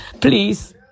Please